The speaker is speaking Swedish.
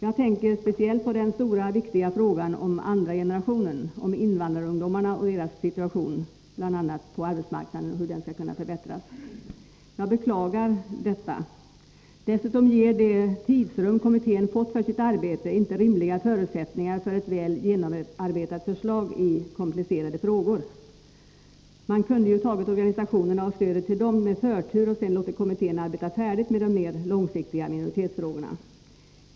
Jag tänker speciellt på den stora, viktiga frågan om andra generationen, om invandrarungdomarna och hur deras situation, bl.a. på arbetsmarknaden, skall kunna förbättras. Jag beklagar detta. Dessutom ger det tidsrum kommittén fått för sitt arbete inte rimliga förutsättningar för ett väl genomarbetat förslag i komplicerade frågor. Man kunde ju ha gett organisationerna och stödet till dem förtur och sedan låtit kommittén arbeta färdigt med de mer långsiktiga minoritetsfrågorna.